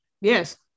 yes